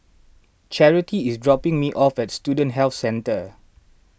Charity is dropping me off at Student Health Centre